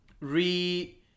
Re